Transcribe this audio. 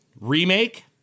remake